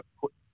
put